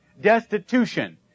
destitution